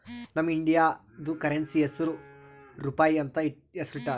ನಮ್ ಇಂಡಿಯಾದು ಕರೆನ್ಸಿ ಹೆಸುರ್ ರೂಪಾಯಿ ಅಂತ್ ಹೆಸುರ್ ಇಟ್ಟಾರ್